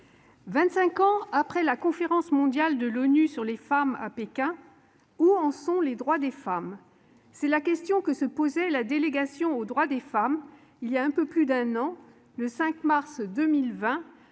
25 ans après la Conférence mondiale de l'ONU sur les femmes à Pékin : où en sont les droits des femmes ?»: telle est la question que se posait la délégation aux droits des femmes, il y a un peu plus d'un an, le 5 mars 2020,